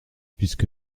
puisque